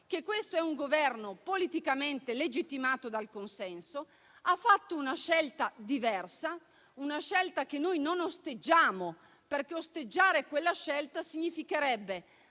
che questo è un Governo politicamente legittimato dal consenso e che ha compiuto una scelta diversa. È una scelta che noi non osteggiamo, perché osteggiarla significherebbe